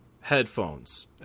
headphones